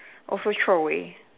also throw away